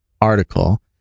article